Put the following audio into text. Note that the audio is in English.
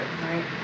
right